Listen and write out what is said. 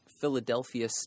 Philadelphia